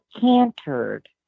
cantered